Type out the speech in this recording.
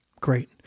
Great